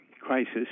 crisis